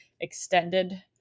extended